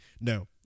No